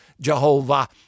Jehovah